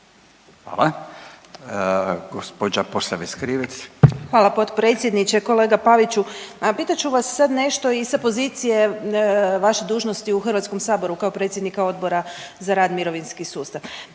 Ivana (Nezavisni)** Hvala potpredsjedniče. Kolega Paviću, pitat ću vas sad nešto i sa pozicije vaše dužnosti u Hrvatskom saboru kao predsjednika Odbora za rad, mirovinski sustav.